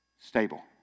stable